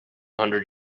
hundred